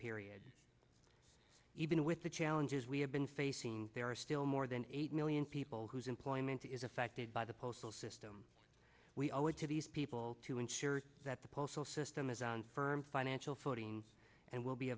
period even with the challenges we have been facing there are still more than eight million people whose employment is affected by the postal system we owe it to these people to ensure that the postal system is on firm financial footing and will be